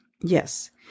Yes